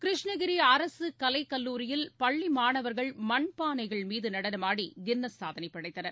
கிருஷ்ணகிரி அரசு கலைக் கல்லூரியில் பள்ளி மாணவர்கள் மண்பானைகள்மீது நடனமாடி கின்னஸ் சாதனை படைத்தனர்